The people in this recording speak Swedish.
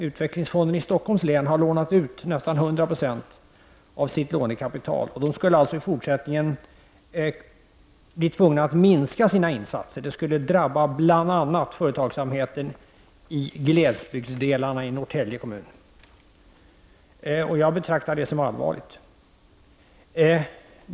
Utvecklingsfonden i Stockholms län har lånat ut nästan 100 96 av sitt lånekapital och skulle i fortsättningen bli tvungen att minska sina insatser. Det skulle drabba bl.a. företagsamheten i glesbygderna i Norrtälje kommun, och det betraktar jag som allvarligt.